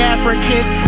Africans